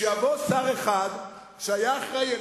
שיבוא שר אחד שהיה אחראי על